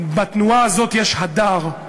בתנועה הזאת יש הדר.